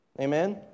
Amen